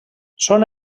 són